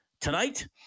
tonight